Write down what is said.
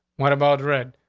what about red?